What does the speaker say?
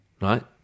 right